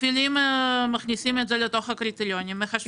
מכניסים אותם לתוך הקריטריונים.